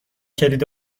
کلید